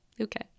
Okay